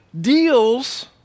deals